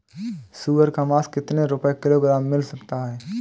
सुअर का मांस कितनी रुपय किलोग्राम मिल सकता है?